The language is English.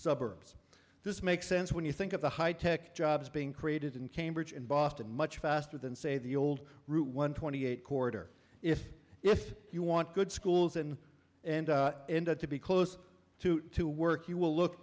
suburbs this makes sense when you think of the high tech jobs being created in cambridge in boston much faster than say the old route one twenty eight corridor if if you want good schools in and end up to be close to to work you will look